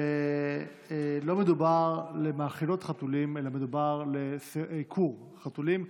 ולא מדובר על מאכילות חתולים אלא מדובר על עיקור חתולים.